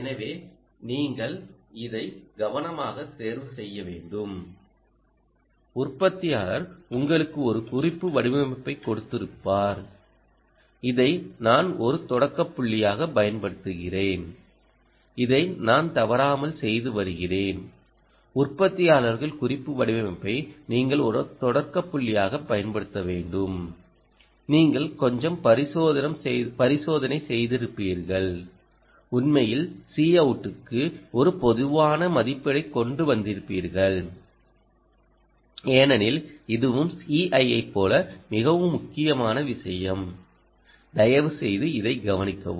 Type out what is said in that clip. எனவே நீங்கள் இதை கவனமாக தேர்வு செய்ய வேண்டும் உற்பத்தியாளர் உங்களுக்கு ஒரு குறிப்பு வடிவமைப்பைக் கொடுத்திருப்பார் இதைப் நான் ஒரு தொடக்க புள்ளியாகப் பயன்படுத்துகிறேன் இதை நான் தவறாமல் செய்து வருகிறேன் உற்பத்தியாளர்கள் குறிப்பு வடிவமைப்பை நீங்கள் ஒரு தொடக்க புள்ளியாக பயன்படுத்த வேண்டும் நீங்கள் கொஞ்சம் பரிசோதனை செய்திருப்பீர்கள் உண்மையில் Cout க்கு ஒரு பொதுவான மதிப்பைக் கொண்டு வந்திருப்பீர்கள் ஏனெனில் இதுவும் Ci ஐப் போல மிகவும் முக்கியமான விஷயம் தயவுசெய்து இதை கவனிக்கவும்